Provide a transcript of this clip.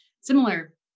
similar